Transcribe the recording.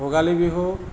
Bhogali Bihu